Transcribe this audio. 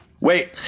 Wait